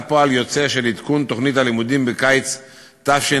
פועל יוצא של עדכון תוכנית הלימודים בקיץ תשע"א,